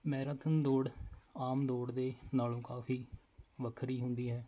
marathon ਦੌੜ ਆਮ ਦੌੜ ਦੇ ਨਾਲੋਂ ਕਾਫੀ ਵੱਖਰੀ ਹੁੰਦੀ ਹੈ